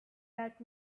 that